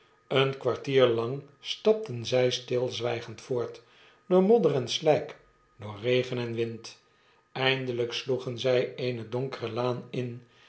een kwartier lang stapten zij stilzwijgend voort door modder enslijk door regen en wind eindelijk sloegen zij eene donkere laan in